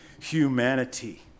humanity